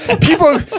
people